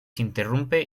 interrumpe